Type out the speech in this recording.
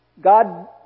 God